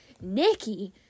Nikki